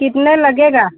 कितना लगेगा